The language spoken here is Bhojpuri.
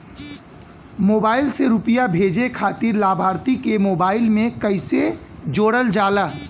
मोबाइल से रूपया भेजे खातिर लाभार्थी के मोबाइल मे कईसे जोड़ल जाला?